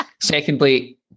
Secondly